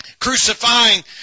Crucifying